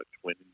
twin